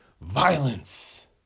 violence